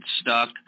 stuck